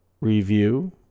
review